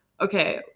okay